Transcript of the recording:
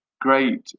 great